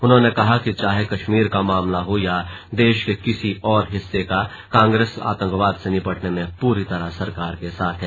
उन्होंने कहा कि चाहे कश्मीर का मामला हो या देश के किसी और हिस्से का कांग्रेस आतंकवाद से निपटने में पूरी तरह सरकार के साथ है